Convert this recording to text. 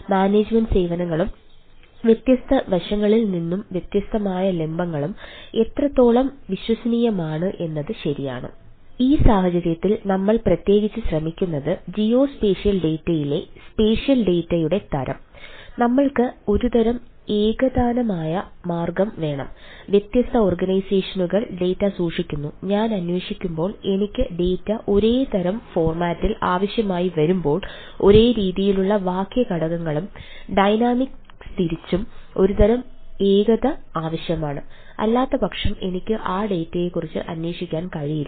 അതിനാൽ അതാണ് എന്റെ ബിസിനസ്സ്യെക്കുറിച്ച് അന്വേഷിക്കാൻ കഴിയില്ല